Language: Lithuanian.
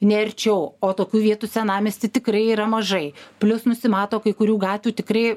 ne arčiau o tokių vietų senamiesty tikrai yra mažai plius nusimato kai kurių gatvių tikrai